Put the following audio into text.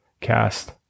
cast